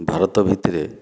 ଭାରତ ଭିତରେ